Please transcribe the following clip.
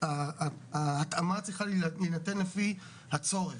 ההתאמה צריכה להינתן לפי הצורך.